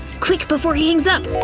quick before he hangs up!